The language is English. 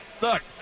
Look